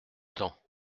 temps